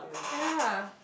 ya